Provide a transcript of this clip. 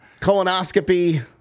Colonoscopy